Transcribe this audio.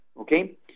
Okay